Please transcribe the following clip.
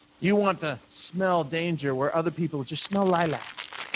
you want to smell danger where other people would just smell lilacs,